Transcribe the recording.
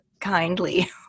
kindly